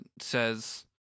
says